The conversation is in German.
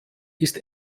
ist